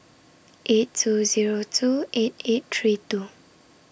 eight two Zero two eight eight three two